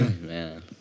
man